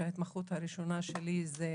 וההתמחות הראשונה שלי היא